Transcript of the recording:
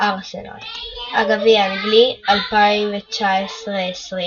ארסנל הגביע האנגלי 2019/2020